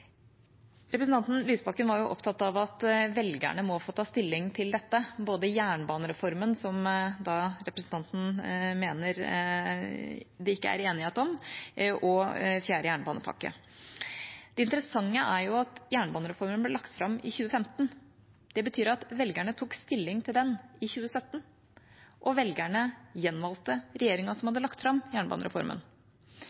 Representanten Lysbakken var opptatt av at velgerne må få ta stilling til dette, både jernbanereformen, som representanten mener det ikke er enighet om, og fjerde jernbanepakke. Det interessante er jo at jernbanereformen ble lagt fram i 2015. Det betyr at velgerne tok stilling til den i 2017, og velgerne gjenvalgte regjeringa som